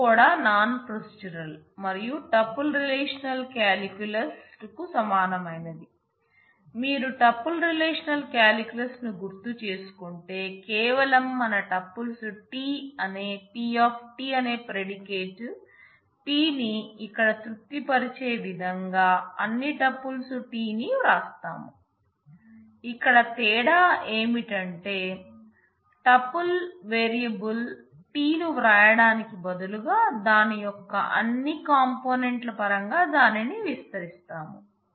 ఇది కూడా non procedural మరియు టూపుల్ రిలేషనల్ కాలిక్యులస్ t ను వ్రాయడానికి బదులుగా దాని యొక్క అన్ని కాంపోనెంట్ల పరంగా దానిని విస్తరిస్తాము